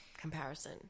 Comparison